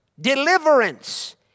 deliverance